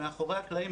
מאחורי הקלעים,